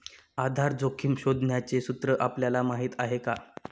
आधार जोखिम शोधण्याचे सूत्र आपल्याला माहीत आहे का?